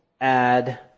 add